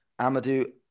Amadou